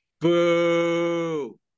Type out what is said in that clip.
boo